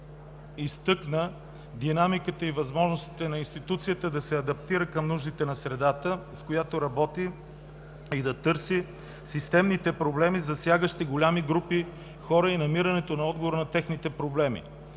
изтъкна динамиката и възможностите на институцията да се адаптира към нуждите на средата, в която работи, и да търси системните проблеми, засягащи големи групи хора и намирането на отговор на техните проблеми.